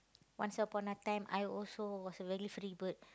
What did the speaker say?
once upon a time I also was a very free bird